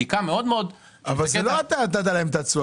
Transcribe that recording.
לא אתה נתת להם את התשואה.